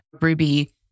Ruby